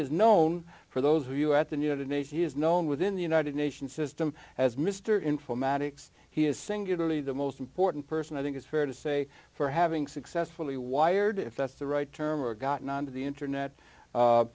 is known for those of you at the united nation is known within the united nations system as mr informatics he is singularly the most important person i think it's fair to say for having successfully wired if that's the right term or gotten onto the internet